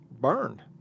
burned